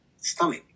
stomach